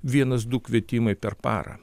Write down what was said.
vienas du kvietimai per parą